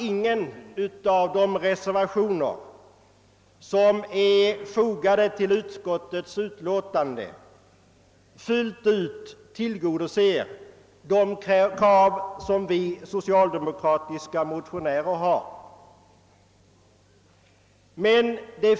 Ingen av de reservationer som är fogade till utskottets utlåtande tillgodoser fullt ut de krav som vi socialdemokratiska motionärer har ställt.